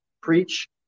Preach